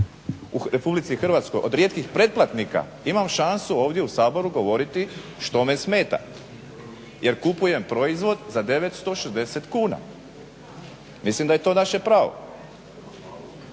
u RH, od rijetkih pretplatnika imam šansu ovdje u Saboru govoriti što me smeta jer kupujem proizvod za 960 kuna. Mislim da je to naše pravo.